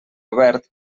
obert